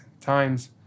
times